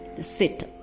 sit